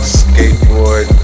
skateboard